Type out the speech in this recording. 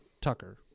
Tucker